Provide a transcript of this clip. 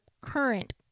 current